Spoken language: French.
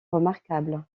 remarquables